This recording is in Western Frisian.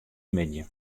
middei